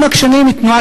להתנהגות